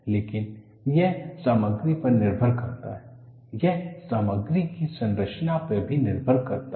लेकिन यह सामग्री पर निर्भर करता है यह सामग्री की संरचना पर भी निर्भर करता है